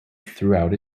throughout